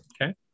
Okay